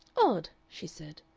odd! she said.